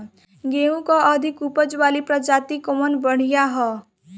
गेहूँ क अधिक ऊपज वाली प्रजाति कवन बढ़ियां ह?